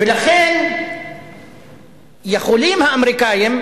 ולכן יכולים האמריקנים,